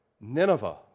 Nineveh